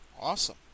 Awesome